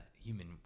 human